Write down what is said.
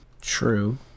True